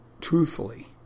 truthfully